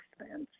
expense